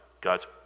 God's